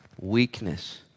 weakness